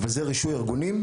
אבל זה רישוי ארגונים,